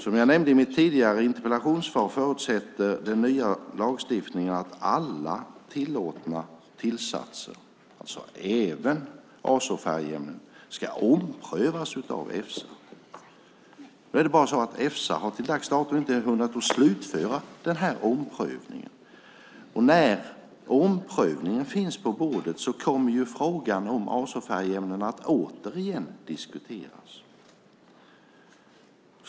Som jag nämnde i mitt tidigare interpellationssvar förutsätter den nya lagstiftningen att alla tillåtna tillsatser, alltså även azofärgerna, ska omprövas av Efsa. Nu är det bara så att Efsa till dags dato inte har hunnit slutföra den här omprövningen. När omprövningen finns på bordet kommer frågan om azofärgerna återigen att diskuteras.